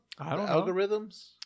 Algorithms